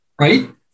right